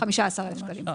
15,000 שקלים.